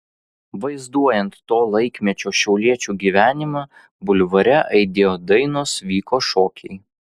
vaizduojant to laikmečio šiauliečių gyvenimą bulvare aidėjo dainos vyko šokiai